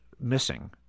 missing